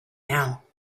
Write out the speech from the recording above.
now